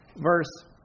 verse